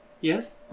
Yes